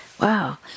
wow